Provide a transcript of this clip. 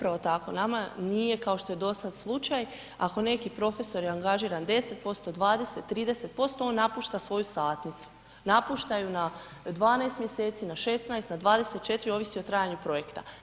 Upravo tako, nama nije kao što je dosad slučaj, ako neki profesor je angažiran 10%, 20, 30% on napušta svoju satnicu, napušta ju na 12 mjeseci, na 16, na 24 ovisi o trajanju projekta.